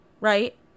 right